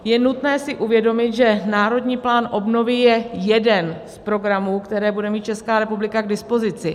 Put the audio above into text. Je nutné si uvědomit, že Národní plán obnovy je jeden z programů, které bude mít Česká republika k dispozici.